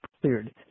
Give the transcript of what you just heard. cleared